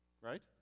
Right